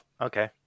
Okay